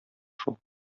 шул